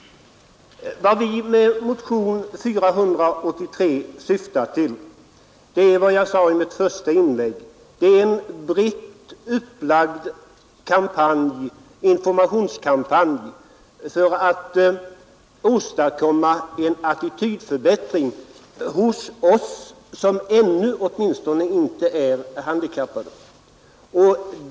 Vad vi med vår motion 483 syftar till är, som jag sade i mitt första inlägg, en brett upplagd informationskampanj för att åstadkomma en attitydförbättring hos oss som åtminstone inte ännu är handikappade.